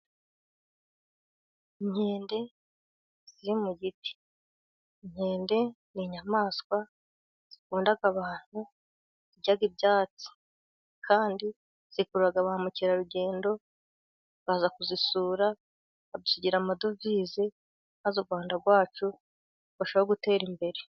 Inkende ziri mu giti. Inkende ni inyamaswa zikunda abantu, zirya ibyatsi. Kandi zikurura ba mukerarugendo, baza kuzisura, badusigira amadovize, maze u Rwanda rwacu, rukarushaho gutera imbere.